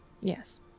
Yes